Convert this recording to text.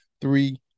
three